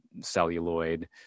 celluloid